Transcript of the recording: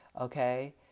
okay